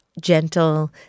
gentle